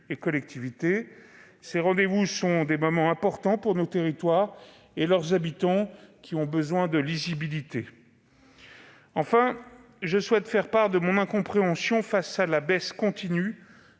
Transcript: Ces rendez-vous sont des moments importants pour nos territoires et leurs habitants, qui ont besoin de lisibilité. Enfin, je souhaite faire part de mon incompréhension face à la baisse continue,